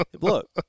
Look